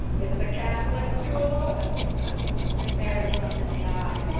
it's a catholic school mary looks him in the eye.